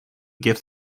gift